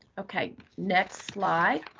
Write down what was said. okay, next slide.